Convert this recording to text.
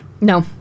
No